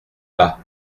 pas